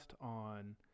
on